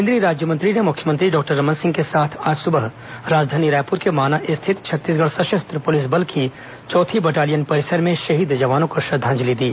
केंद्रीय राज्यमंत्री ने मुख्यमंत्री डॉक्टर रमन सिंह के साथ आज सुबह राजधानी रायपुर के माना स्थित छत्तीसगढ़ सशस्त्र पुलिस बल की चौथी बटालियन परिसर में शहीद जवानों को श्रद्वांजलि दी